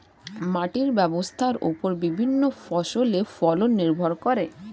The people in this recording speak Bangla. মাটির স্বাস্থ্যের ওপর বিভিন্ন ফসলের ফলন নির্ভর করে